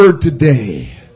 today